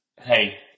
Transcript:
hey